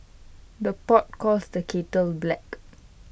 the pot calls the kettle black